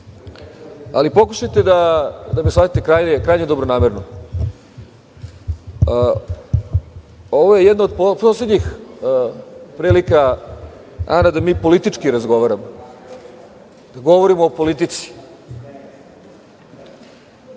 Ali, pokušajte da me shvatite krajnje dobronamerno. Ovo je jedna od poslednjih prilika da mi politički razgovaramo, da govorimo o politici. Mislim